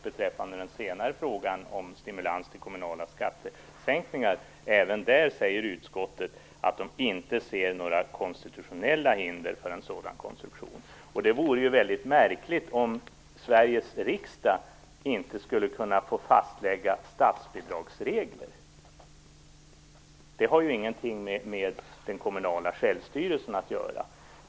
Beträffande den senare frågan om stimulans till kommunala skattesänkningar säger utskottet även där att det inte ser några konstitutionella hinder för en sådan konstruktion. Det vore väldigt märkligt om Sveriges riksdag inte skulle kunna få fastlägga statsbidragsregler. De har ju ingenting med den kommunala självstyrelsen att göra.